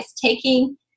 taking